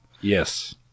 Yes